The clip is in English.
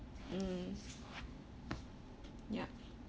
mm ya